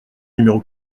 numéro